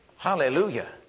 Hallelujah